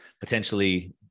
potentially